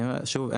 שוב,